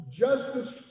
justice